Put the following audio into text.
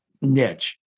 niche